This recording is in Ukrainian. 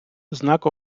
знак